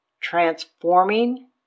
transforming